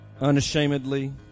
unashamedly